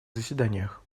заседаниях